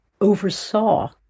oversaw